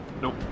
Nope